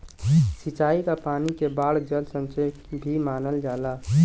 सिंचाई क पानी के बाढ़ जल संचयन भी मानल जाला